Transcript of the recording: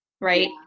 right